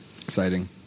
Exciting